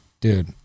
Dude